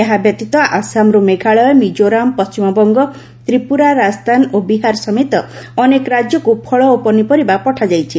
ଏହାବ୍ୟତୀତ ଆସାମରୁ ମେଘାଳୟ ମିକ୍ଟୋରାମ ପଶ୍ଚିମବଙ୍ଗ ତ୍ରିପୁରା ରାଜସ୍ଥାନ ଓ ବିହାର ସମେତ ଅନେକ ରାଜ୍ୟକୁ ଫଳ ଓ ପନିପରିବା ପଠାଯାଇଛି